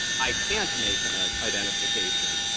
i can't make an identification,